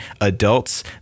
adults